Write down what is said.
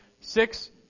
six